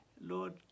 Lord